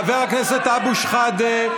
חבר הכנסת אבו שחאדה.